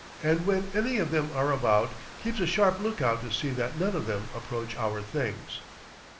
and when any of them are about, keeps a sharp lookout to see that none of them approach our things.